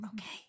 Okay